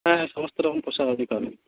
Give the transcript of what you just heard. হ্যাঁ হ্যাঁ সমস্ত রকম পোশাক আপনি পাবেন